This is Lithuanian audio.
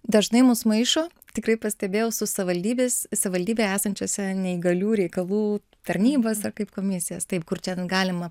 dažnai mus maišo tikrai pastebėjau su savivaldybės savivaldybėje esančiose neįgalių reikalų tarnybas ar kaip komisijas taip kur ten galima